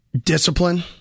discipline